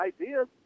ideas